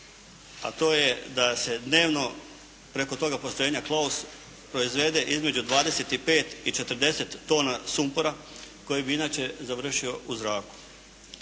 a to je da se dnevno preko toga postrojenja "Klaus" proizvede između 25 i 40 tona sumpora koji bi inače završio u zraku.